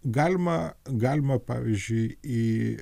galima galima pavyzdžiui į